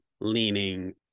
leaning